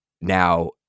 now